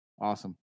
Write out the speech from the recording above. Awesome